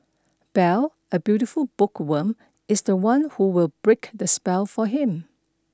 Belle a beautiful bookworm is the one who will break the spell for him